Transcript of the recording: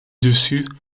dessus